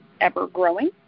ever-growing